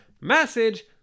message